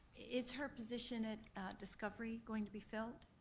is her position at discovery going to be filled?